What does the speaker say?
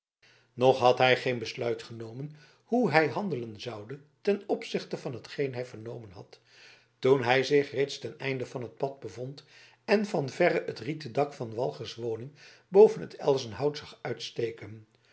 nog had hij geen besluit genomen hoe hij handelen zoude ten opzichte van hetgeen hij vernomen had toen hij zich reeds ten einde van het pad bevond en van verre het rieten dak van walgers woning boven het elzenhout zag uitsteken